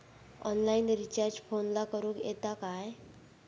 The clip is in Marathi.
ऑनलाइन रिचार्ज फोनला करूक येता काय?